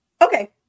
Okay